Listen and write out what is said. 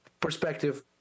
perspective